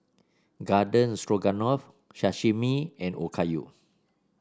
Garden Stroganoff Sashimi and Okayu